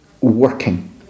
working